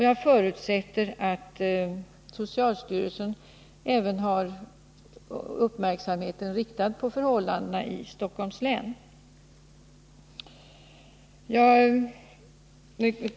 Jag förutsätter att socialstyrelsen även har uppmärksamheten riktad på förhållandena i Stockholms län.